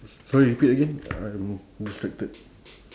sorry repeat again I'm distracted